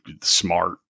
smart